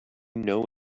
know